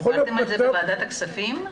דיברתם על זה בוועדת הכספים?